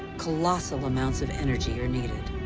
colossal amounts of energy are needed.